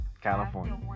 California